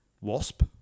Wasp